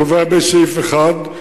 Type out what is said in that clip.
קובע בסעיף 1 שבו,